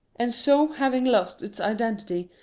and so having lost its identity,